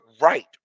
right